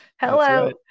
Hello